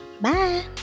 Bye